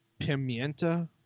Pimienta